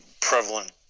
prevalent